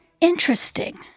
interesting